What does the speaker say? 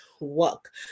work